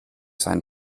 seinen